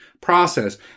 process